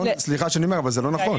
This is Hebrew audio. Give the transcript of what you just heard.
סליחה שאני אומר, אבל זה לא נכון.